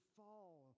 fall